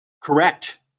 Correct